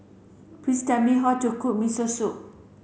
please tell me how to cook Miso Soup